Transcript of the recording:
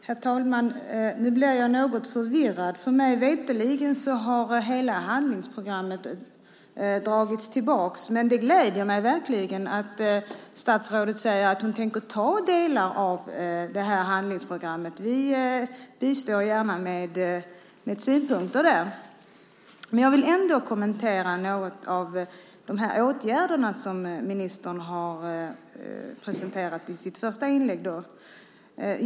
Herr talman! Nu blir jag något förvirrad, för mig veterligen har hela handlingsprogrammet dragits tillbaka, men det gläder mig verkligen att statsrådet säger att hon tänker ta delar av det här handlingsprogrammet. Vi bistår gärna med synpunkter där. Men jag vill ändå något kommentera de åtgärder som ministern presenterade i sitt första inlägg.